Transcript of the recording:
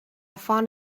found